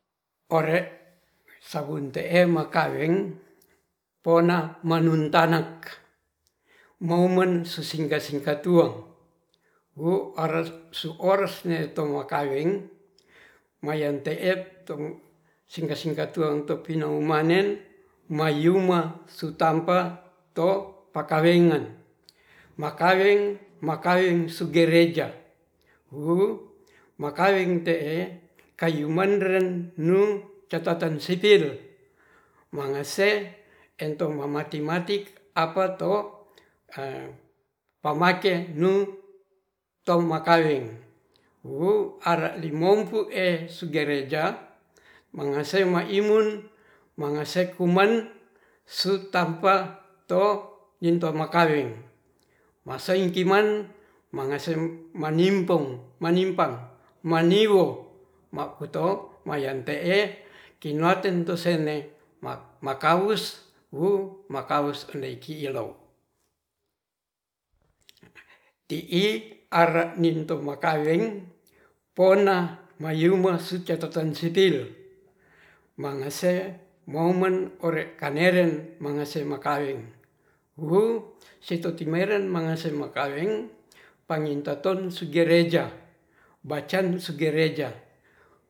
Ore sabun teem makaweng pona manuntanak momen sosingkat singkat tuo, wu ares suores ne toma kaweng mayan te'ep tum singkat singkat tueng topino manen mayuma sutampa to pakalengan, makaweng makaweng sugereja huwuwu makaweng te'e kayu madren nung catatan sipil. mangase etong mamarti matik apato pamake nuu to makaweng wuwu are limompu ee sugereja mangese maimun mangese kuman sutahupa to minto makaweng masaikiman mangase manimpong, manyimpang, maniwo maputo mayen te'e kinartentu sene ma makaus wuu makawus leikilow. ti'i are nitou makaweng pona mayungma sukecatatan sipil mangase momen ore kaneren mangese makaweng huu sitotimeren mangase makaweng pangitoton sugereja bacan segereja.